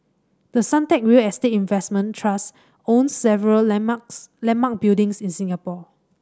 the Suntec real estate investment trust owns several landmarks landmark buildings in Singapore